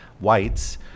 whites